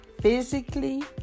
physically